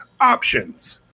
options